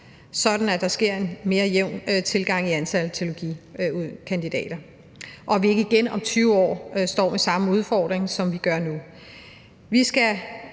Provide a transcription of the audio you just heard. sådan at der sker en mere jævn tilgang i antallet af teologikandidater og vi ikke igen om 20 år står med samme udfordring, som vi gør nu.